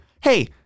Hey